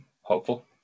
hopeful